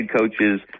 coaches